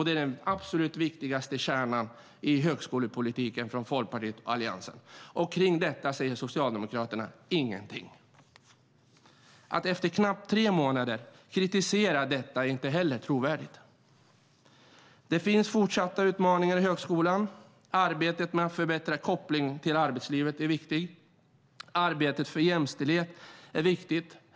Det är kärnan i Folkpartiets och Alliansens högskolepolitik. Om detta säger Socialdemokraterna ingenting. Att efter knappt tre månader kritisera detta är inte trovärdigt. Det finns fortsatta utmaningar i högskolan. Arbetet med att förbättra kopplingen till arbetslivet är viktigt. Arbetet för jämställdhet är också viktigt.